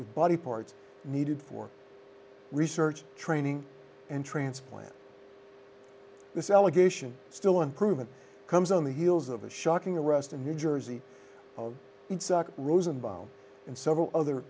body parts needed for research training and transplant this allegation still unproven comes on the heels of a shocking arrest in new jersey rosenbaum and several other